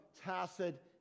tacit